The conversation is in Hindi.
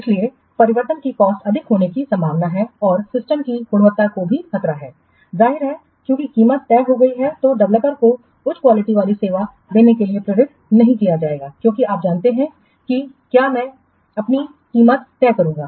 इसलिए परिवर्तन की कॉस्टअधिक होने की संभावना है और सिस्टम की गुणवत्ता के लिए खतरा है जाहिर है चूंकि कीमत तय हो गई है तो डेवलपर को उच्च गुणवत्ता वाली सेवा देने के लिए प्रेरित नहीं किया जाएगा क्योंकि आप जानते हैं कि क्या मैं अपनी कीमत तय करूंगा